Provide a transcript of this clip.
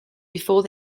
before